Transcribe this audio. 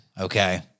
Okay